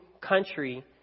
country